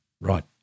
right